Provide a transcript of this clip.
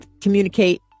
communicate